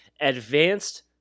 advanced